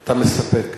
אתה מסתפק.